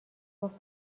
گفت